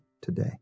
today